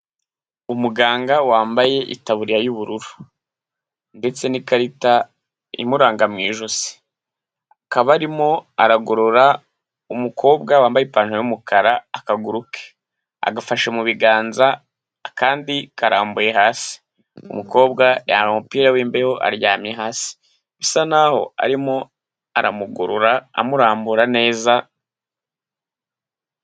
Umuganga wambaye itaburiya y'ubururu ndetse n'ikarita imuranga mu ijosi. Akaba arimo aragorora umukobwa wambaye ipantaro y'umukara, akaguru ke agafashe mu biganza akandi karambuye hasi. Umukobwa yambaye umupira w'imbeho aryamye hasi bisa naho arimo aramugorora amurambura neza...